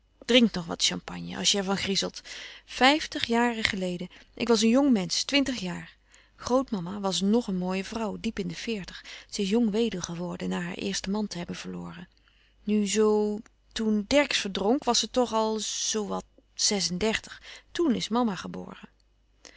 drink nog wat champagne als je ervan griezelt vijftig jaren geleden ik was een jong mensch twintig jaar grootmama was ng een mooie vrouw diep in de veertig ze is jong weduwe geworden na haar eersten man te hebben verloren nu zo toen dercksz verdronk was ze toch al zoo wat zes-en-dertig toen is mama geboren